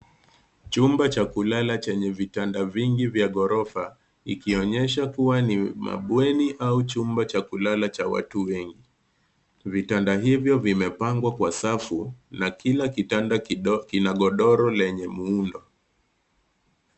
Chumba cha kulala chenye vitanda vingi vya ghorofa, ikionyesha kuwa ni mabweni au chumba cha kulala cha watu wengi. Vitanda hivyo vimepangwa kwa safu na kila kitanda kina godoro lenye muundo.